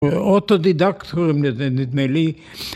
‫'אוטודידקט' קוראים לזה, נדמה לי.